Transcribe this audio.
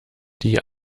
die